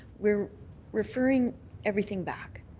we're referring everything back.